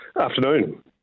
Afternoon